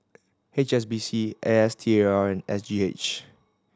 H S B C A S T A R and S G H